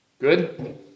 Good